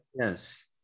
Yes